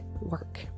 work